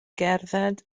gerdded